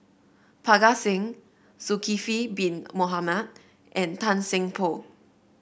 Parga Singh Zulkifli Bin Mohamed and Tan Seng Poh